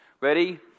Ready